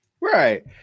Right